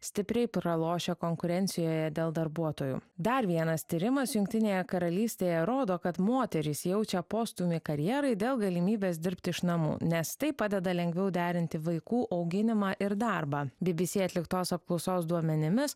stipriai pralošia konkurencijoje dėl darbuotojų dar vienas tyrimas jungtinėje karalystėje rodo kad moterys jaučia postūmį karjerai dėl galimybės dirbti iš namų nes tai padeda lengviau derinti vaikų auginimą ir darbą bbc atliktos apklausos duomenimis